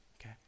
okay